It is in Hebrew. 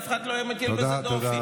אף אחד לא היה מטיל בזה דופי,